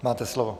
Máte slovo.